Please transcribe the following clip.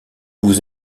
vous